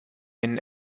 ihnen